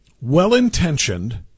well-intentioned